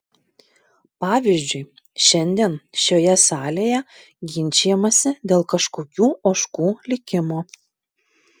pavyzdžiui šiandien šioje salėje ginčijamasi dėl kažkokių ožkų likimo